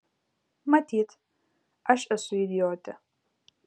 matyt aš esu idiotė